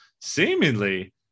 seemingly